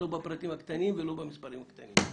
לא בפרטים הקטנים ולא במספרים הקטנים.